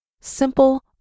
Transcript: simple